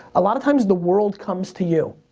a lotta times the world comes to you.